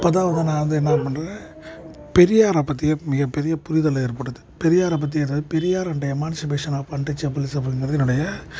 அப்போதான் வந்து நான் வந்து என்ன பண்ணுறேன் பெரியாரை பற்றி மிகப் பெரிய புரிதல் ஏற்படுது பெரியாரைப் பற்றி ஏதாவது Periyar and emancipation of untouchables அப்படிங்கிறது என்னுடைய